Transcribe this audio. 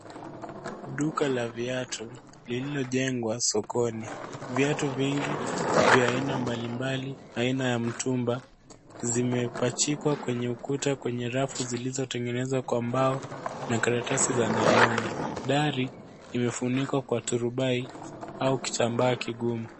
Duka la viatu lililojengwa sokoni. Viatu mingi vya aina mbalimbali aina ya mtumba zimepachikwa kwenye ukuta kwenye rafu zilizotengenezwa kwa mbao na karatasi za nailoni. Dari imefunikwa kwa turubai au kitambaa kigumu.